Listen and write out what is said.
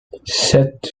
sept